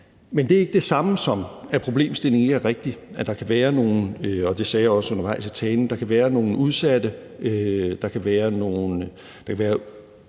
Men det er ikke det samme som, at problemstillingen ikke er rigtig. Der kan være nogle udsatte, og det sagde